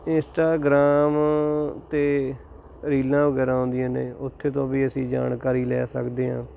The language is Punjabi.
ਇੰਸਟਾਗ੍ਰਾਮ 'ਤੇ ਰੀਲਾਂ ਵਗੈਰਾ ਆਉਂਦੀਆਂ ਨੇ ਉੱਥੇ ਤੋਂ ਵੀ ਅਸੀਂ ਜਾਣਕਾਰੀ ਲੈ ਸਕਦੇ ਹਾਂ